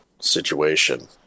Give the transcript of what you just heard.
situation